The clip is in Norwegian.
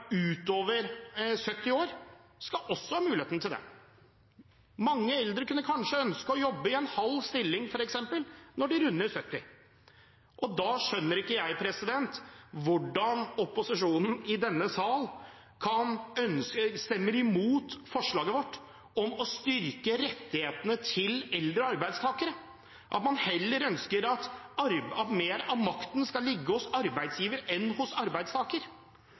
utover 70 år, skal ha muligheten til det. Mange eldre kunne kanskje ønske å jobbe i halv stilling, f.eks., når de runder 70, og jeg skjønner ikke hvorfor opposisjonen i denne sal stemmer imot forslaget vårt om å styrke rettighetene til eldre arbeidstakere, og at man ønsker at mer av makten skal ligge hos arbeidsgiver enn hos arbeidstaker.